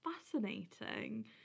fascinating